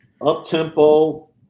Up-tempo